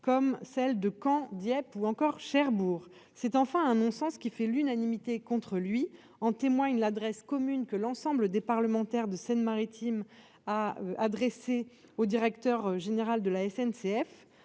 comme celle de Caen, Dieppe ou encore Cherbourg c'est enfin un non-sens qui fait l'unanimité contre lui, en témoigne l'adresse commune que l'ensemble des parlementaires de Seine-Maritime a adressé au directeur général de la SNCF